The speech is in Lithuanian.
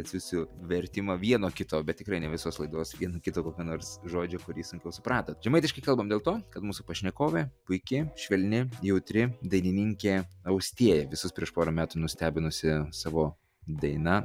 atsiųsiu vertimą vieno kito bet tikrai ne visos laidos vieno kito kokio nors žodžio kurį sunku supratot žemaitiškai kalbame dėl to kad mūsų pašnekovė puiki švelni jautri dainininkė austėja visus prieš pora metų nustebinusi savo daina